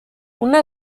una